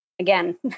again